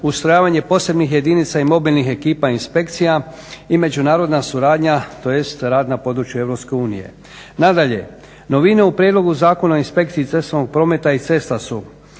ustrojavanje posebnih jedinica i mobilnih ekipa inspekcija i međunarodna suradnja tj. rad na području EU. Nadalje, novine u prijedlogu Zakona o inspekciji cestovnog prometa i cesta su